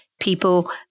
people